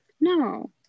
No